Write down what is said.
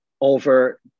over